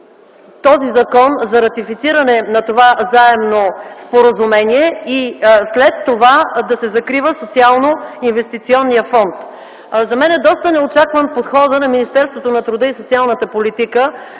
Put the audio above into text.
този закон за ратифициране на това заемно споразумение и след това да се закрива Социалноинвестиционният фонд. За мен е доста неочакван подходът на Министерството на труда и социалната политика.